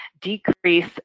decrease